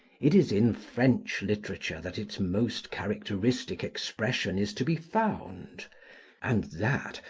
it is in french literature that its most characteristic expression is to be found and that,